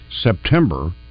September